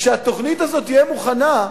כשהתוכנית הזאת תהיה מוכנה,